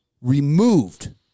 removed